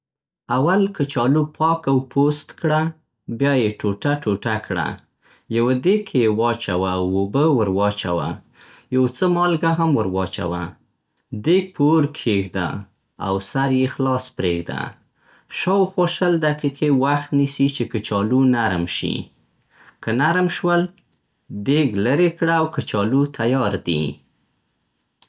اول کچالو پاک او پوست کړه. بیا یې ټوټه ټوټه کړه. یوه دیګ کې یې واچوه او اوبه ور واچوه. یو څه مالګه هم ور واچوه. دیګ په اور کښیږده او سر يې خلاص پرېږده. شاوخوا شل دقیقې وخت نیسي چې کچالو نرم شي. که نرم شول، دیګ لرې کړه او کچالو تیار دي.